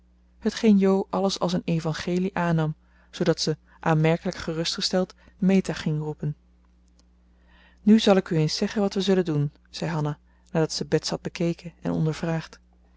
hetgeen jo alles als een evangelie aannam zoodat ze aanmerkelijk gerustgesteld meta ging roepen nu zal ik u eens zeggen wat we zullen doen zei hanna nadat ze bets had bekeken en ondervraagd